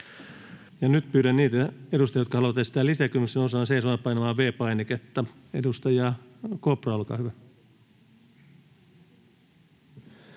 Nyt pyydän niitä edustajia, jotka haluavat esittää lisäkysymyksiä, nousemaan seisomaan ja painamaan V-painiketta. — Edustaja Kopra, olkaa hyvä.